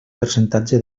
percentatge